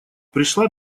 пришла